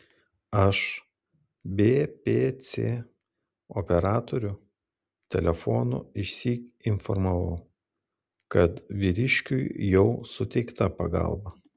aš bpc operatorių telefonu išsyk informavau kad vyriškiui jau suteikta pagalba